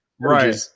right